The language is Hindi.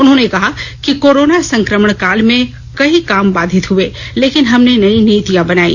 उन्होंने कहा कि कोरोना संकमण काल में कई काम बाधित हुए लेकिन हमने नयी नीतियां बनायी